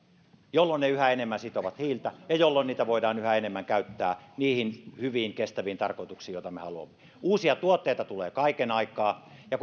jolloin ne yhä enemmän sitovat hiiltä ja jolloin niitä voidaan yhä enemmän käyttää niihin hyviin kestäviin tarkoituksiin joita me haluamme uusia tuotteita tulee kaiken aikaa ja